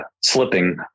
slipping